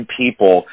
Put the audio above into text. people